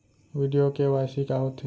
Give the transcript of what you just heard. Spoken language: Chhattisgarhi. वीडियो के.वाई.सी का होथे